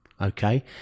okay